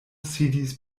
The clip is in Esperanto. sidis